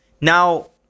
Now